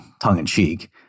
tongue-in-cheek